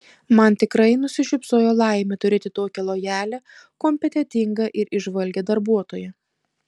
man tikrai nusišypsojo laimė turėti tokią lojalią kompetentingą ir įžvalgią darbuotoją